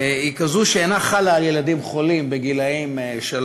היא כזו שאינה חלה על ילדים חולים בגיל שלוש-ארבע,